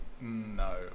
No